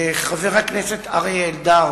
חבר הכנסת אריה אלדד,